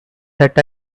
that